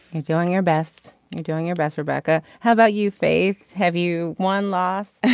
you're doing your best you're doing your best rebecca. how about you faith have you one lost